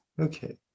Okay